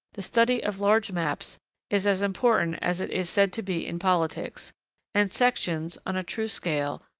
the study of large maps is as important as it is said to be in politics and sections, on a true scale,